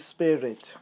Spirit